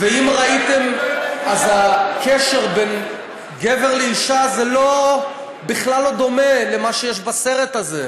ואם ראיתם אז הקשר בין גבר לאישה זה בכלל לא דומה למה שיש בסרט הזה,